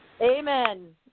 amen